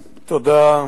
תודה.